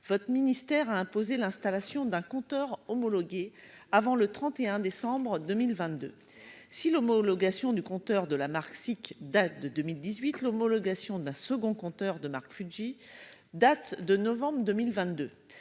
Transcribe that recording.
votre ministère à imposer l'installation d'un compteur homologué avant le 31 décembre 2022. Si l'homologation du compteur de la Marsick date de 2018. L'homologation d'un second compteur de marque Fuji date de novembre 2022.